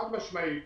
חד משמעית,